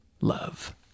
love